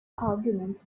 arguments